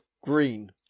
green